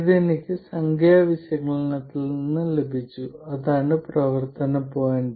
ഇത് എനിക്ക് സംഖ്യാ വിശകലനത്തിൽ നിന്ന് ലഭിച്ചു അതാണ് പ്രവർത്തന പോയിന്റ്